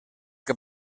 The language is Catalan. que